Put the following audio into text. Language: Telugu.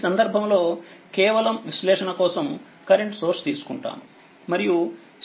ఈ సందర్భంలో కేవలం విశ్లేషణ కోసం కరెంట్ సోర్స్ తీసుకుంటాము మరియుC1C2